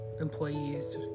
employees